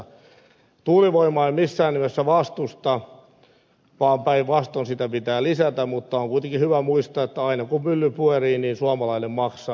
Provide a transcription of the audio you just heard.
tuulivoimaa en missään nimessä vastusta vaan päinvastoin sitä pitää lisätä mutta on kuitenkin hyvä muistaa että aina kun mylly pyörii niin suomalainen maksaa